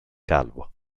calvo